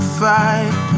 fight